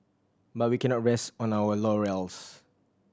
but we cannot rest on our laurels